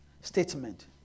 statement